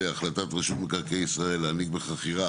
"החלטת רשות מקרקעי ישראל להעניק בחכירה